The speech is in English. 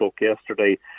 yesterday